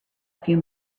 few